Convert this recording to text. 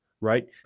right